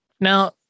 Now